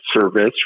service